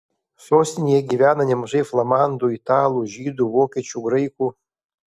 sostinėje gyvena nemažai flamandų italų žydų vokiečių graikų